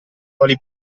quali